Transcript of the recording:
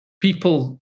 people